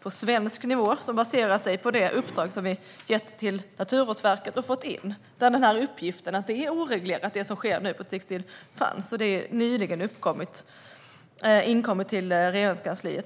på svensk nivå som är baserat på det uppdrag som vi har gett till Naturvårdsverket. Det är därifrån vi fått uppgiften att det som nu sker med textilierna är oreglerat,. Det har nyligen inkommit till Regeringskansliet.